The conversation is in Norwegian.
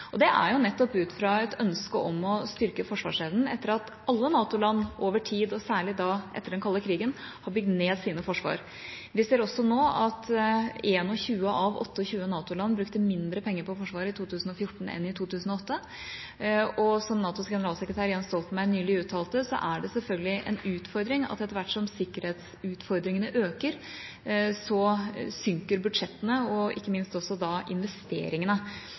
Det er nettopp ut fra et ønske om å styrke forsvarsevnen etter at alle NATO-land over tid, og særlig etter den kalde krigen, har bygd ned sine forsvar. Vi ser også nå at 21av 28 NATO-land brukte mindre penger på forsvar i 2014 enn i 2008. Som NATOs generalsekretær Jens Stoltenberg nylig uttalte, er det selvfølgelig en utfordring at etter hvert som sikkerhetsutfordringene øker, synker budsjettene og ikke minst